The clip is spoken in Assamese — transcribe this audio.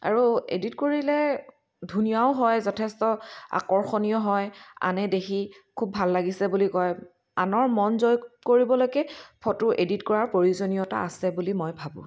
আৰু এডিট কৰিলে ধুনীয়াও হয় যথেষ্ট আকৰ্ষণীয় হয় আনে দেখি খুব ভাল লাগিছে বুলি কয় আনৰ মন জয় কৰিবলৈকে ফটো এডিট কৰাৰ প্ৰয়োজনীয়তা আছে বুলি মই ভাবোঁ